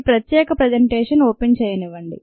ఈ ప్రత్యేక presentation open చేయనివ్వండి